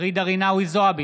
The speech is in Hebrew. ג'ידא רינאוי זועבי,